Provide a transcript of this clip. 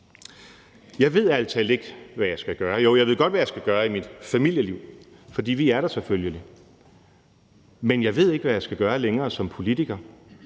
Jeg ved ærlig talt ikke, hvad jeg skal gøre. Jo, jeg ved godt, hvad jeg skal gøre i mit familieliv, for vi er der selvfølgelig. Men jeg ved ikke længere, hvad jeg skal gøre som politiker,